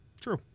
true